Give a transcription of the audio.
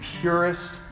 purest